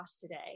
today